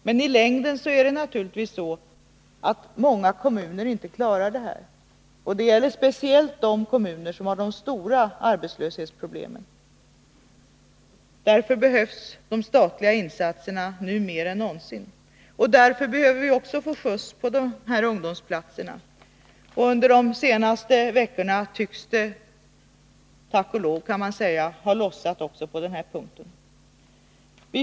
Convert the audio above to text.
Men i längden är det naturligtvis så att många kommuner inte klarar av detta. Det gäller speciellt de kommuner som har de stora arbetslöshetsproblemen. Därför behövs de statliga insatserna nu mer än någonsin. Därför behöver vi också få skjuts på utvecklingen när det gäller ungdomsplatserna. Under de senaste veckorna tycks det dock — tack och lov, kan man säga — ha lossnat också på den punkten.